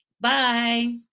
Bye